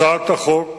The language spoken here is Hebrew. הצעת החוק